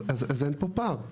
אז אין פה פער.